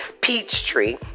Peachtree